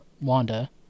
Wanda